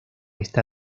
esta